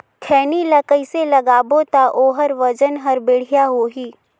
खैनी ला कइसे लगाबो ता ओहार वजन हर बेडिया होही?